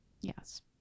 yes